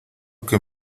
que